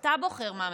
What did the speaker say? אתה בוחר מה מציירים.